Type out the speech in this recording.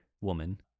woman